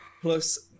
plus